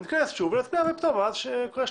נתכנס שוב ונצביע על פטור לקריאה שנייה.